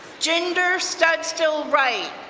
ginder studstill wright,